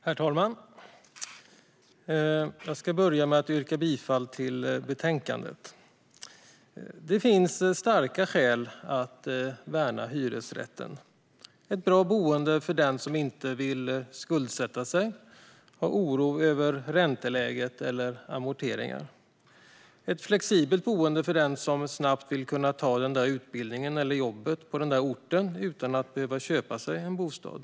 Herr talman! Jag vill börja med att yrka bifall till förslaget i betänkandet. Det finns starka skäl att värna hyresrätten. Hyresrätten möjliggör ett bra boende för den som inte vill skuldsätta sig eller oroa sig för ränteläget eller amorteringar. Hyresrätten erbjuder ett flexibelt boende för den som snabbt vill kunna ta den där utbildningen eller jobbet på den där orten utan att behöva köpa sig en bostad.